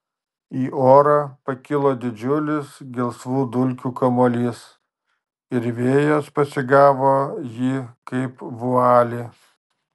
į orą pakilo didžiulis gelsvų dulkių kamuolys ir vėjas pasigavo jį kaip vualį